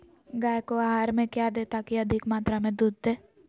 गाय को आहार में क्या दे ताकि अधिक मात्रा मे दूध दे?